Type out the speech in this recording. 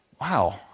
wow